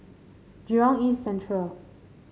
Jurong East Central